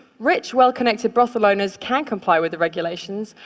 rich, well-connected brothel owners can comply with the regulations,